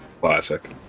Classic